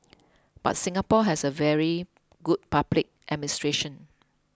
but Singapore has very good public administration